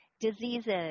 Diseases